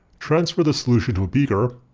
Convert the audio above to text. transfer the solution to a beaker.